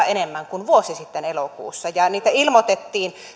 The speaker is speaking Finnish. enemmän kuin vuosi sitten elokuussa ja niitä ilmoitettiin